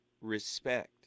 respect